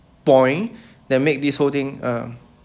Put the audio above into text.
point that make this whole thing uh